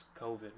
COVID